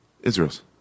Israel's